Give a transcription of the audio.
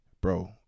Bro